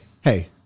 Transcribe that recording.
hey